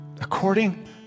according